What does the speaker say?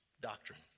doctrine